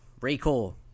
Recall